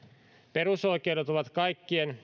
perusoikeudet ovat kaikkien